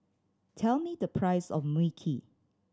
tell me the price of Mui Kee